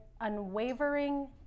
unwavering